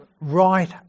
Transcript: right